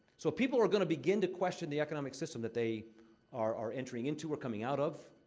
so, if people are gonna begin to question the economic system that they are are entering into or coming out of,